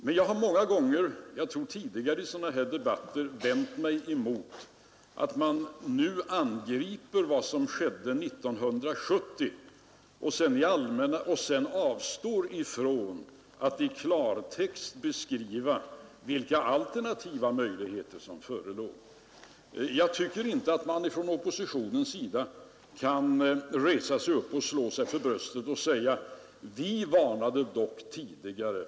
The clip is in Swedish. Men jag har många gånger tidigare i sådana här debatter vänt mig emot att man nu angriper vad som skedde 1970 och sedan avstår från att i klartext beskriva vilka alternativa möjligheter som förelåg. Jag tycker inte att man från oppositionens sida kan resa sig upp och slå sig för bröstet och säga: Vi varnade dock tidigare.